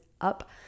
up